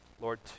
Lord